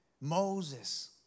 Moses